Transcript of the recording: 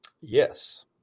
Yes